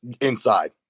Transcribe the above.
inside